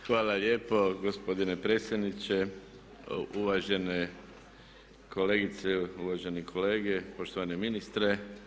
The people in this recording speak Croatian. Hvala lijepo gospodine predsjedniče, uvažene kolegice, uvaženi kolege, poštovani ministre.